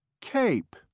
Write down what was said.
cape